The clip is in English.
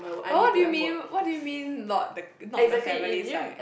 but what do you mean what do you mean not the not the family side